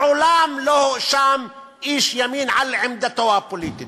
מעולם לא הואשם איש ימין על עמדתו הפוליטית.